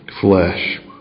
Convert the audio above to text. flesh